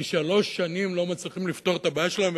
כי שלוש שנים לא מצליחים לפתור את הבעיה שלהם.